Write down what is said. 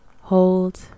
hold